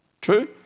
True